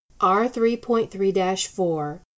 R3.3-4